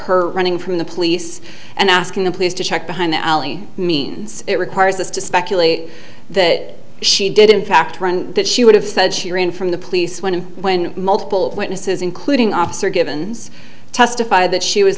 her running from the police and asking the police to check behind the alley means it requires us to speculate that she did in fact run that she would have said she ran from the police when and when multiple witnesses including officer givens testified that she was